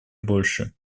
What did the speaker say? больше